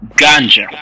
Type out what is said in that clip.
ganja